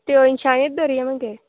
ते अंयशानीत धरया मगे